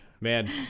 Man